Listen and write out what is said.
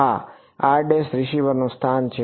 હા રિસીવરનું સ્થાન છે